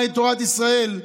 מהי תורת ישראל,